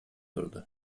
турду